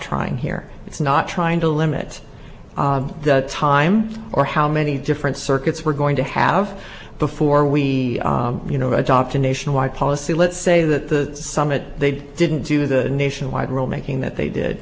trying here it's not trying to limit the time or how many different circuits we're going to have before we you know adopt a nationwide policy let's say that the summit they did didn't do the nationwide roll making that they did